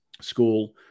School